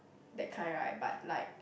that kind right but like